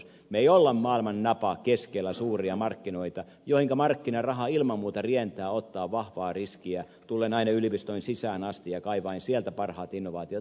me emme ole maailman napa keskellä suuria markkinoita joihinka markkinaraha ilman muuta rientää ottamaan vahvaa riskiä tullen aina yliopistoihin sisään asti ja kaivaen sieltä parhaat innovaatiot